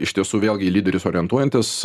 iš tiesų vėlgi į lyderius orientuojantis